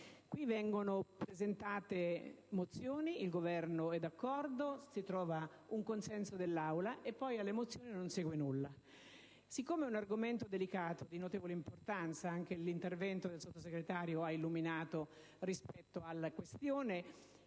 vengono presentate mozioni, il Governo è d'accordo, si trova un consenso, ma poi alle mozioni non segue nulla. Siccome è un argomento delicato, di notevole importanza e l'intervento del Sottosegretario è stato illuminante rispetto alla questione,